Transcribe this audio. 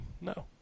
no